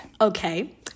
okay